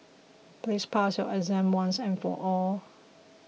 please pass your exam once and for all